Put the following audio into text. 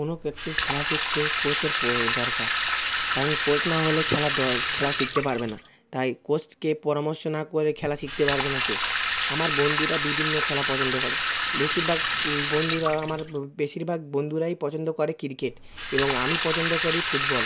কোনও ক্ষেত্রের খেলা শিখতে কোচের দরকার কারণ কোচ না হলে খেলা খেলা শিখতে পারবে না তাই কোচকে পরামর্শ না করে খেলা শিখতে পারবে না সে আমার বন্ধুরা বিভিন্ন খেলা পছন্দ করে বেশিরভাগ বন্ধুরা আমার বেশিরভাগ বন্ধুরাই পছন্দ করে ক্রিকেট এবং আমি পছন্দ করি ফুটবল